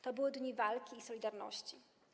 To były dni walki i solidarności.